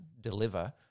deliver